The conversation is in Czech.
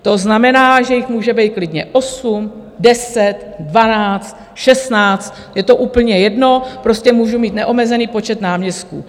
To znamená, že jich může být klidně 8, 10, 12, 16, je to úplně jedno, prostě můžu mít neomezený počet náměstků.